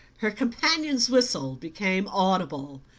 her companion's whistle became audible.